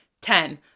ten